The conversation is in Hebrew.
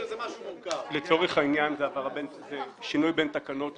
לצורך העניין, זה שינוי בין תקנות.